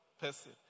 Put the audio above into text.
person